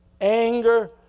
anger